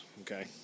okay